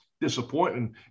disappointment